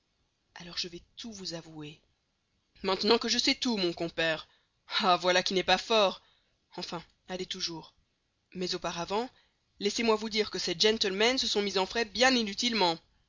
alors je vais tout vous avouer maintenant que je sais tout mon compère ah voilà qui n'est pas fort enfin allez toujours mais auparavant laissez-moi vous dire que ces gentlemen se sont mis en frais bien inutilement